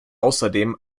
außerdem